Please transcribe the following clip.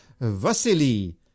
Vasily